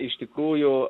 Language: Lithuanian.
iš tikrųjų